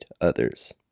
others